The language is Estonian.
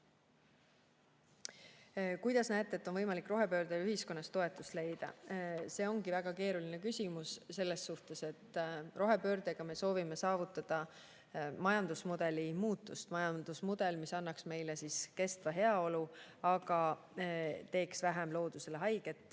"Kuidas näete, et on võimalik rohepöördele ühiskonnas toetust leida?" See ongi väga keeruline küsimus selles suhtes, et rohepöördega me soovime saavutada majandusmudeli muutust. Majandusmudeli jaoks, mis annaks meile kestva heaolu, aga teeks loodusele vähem